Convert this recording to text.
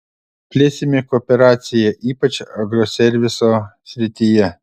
plėsime kooperaciją ypač agroserviso srityje